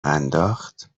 انداخت